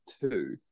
two